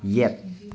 ꯌꯦꯠ